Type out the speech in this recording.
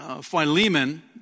Philemon